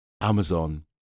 Amazon